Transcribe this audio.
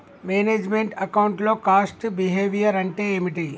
Manage meant account లో cost behaviour అంటే ఏమిటి?